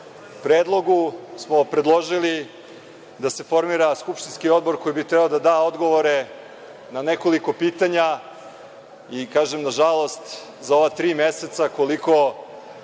predlogom smo predložili da se formira skupštinski odbor koji bi hteo da da odgovore na nekoliko pitanja i, kažem nažalost, za ova tri meseca, koliko